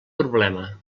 problema